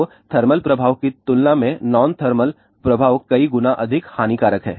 तो थर्मल प्रभाव की तुलना में नॉनथर्मल प्रभाव कई गुना अधिक हानिकारक हैं